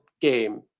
game